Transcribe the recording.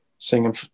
singing